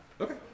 Okay